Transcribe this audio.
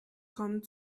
kommen